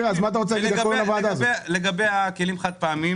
לגבי החד"פ,